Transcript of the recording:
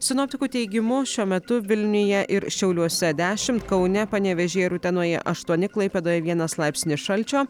sinoptikų teigimu šiuo metu vilniuje ir šiauliuose dešimt kaune panevėžyje ir utenoje aštuoni klaipėdoje vienas laipsnis šalčio